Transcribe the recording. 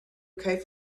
kite